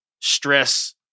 stress